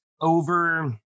over